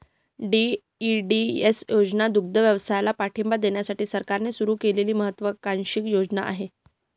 DEDS योजना ही दुग्धव्यवसायाला पाठिंबा देण्यासाठी सरकारने सुरू केलेली महत्त्वाकांक्षी योजना आहे